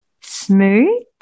smooth